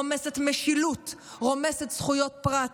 רומסת משילות, רומסת זכויות פרט,